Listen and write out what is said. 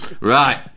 right